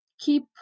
keep